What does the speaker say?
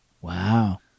Wow